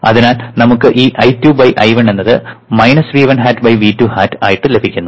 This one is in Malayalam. അതിനാൽ നമുക്ക് ഈ I2 I1 എന്നത് V1 hat V2 hat ലഭിക്കുന്നു